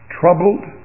troubled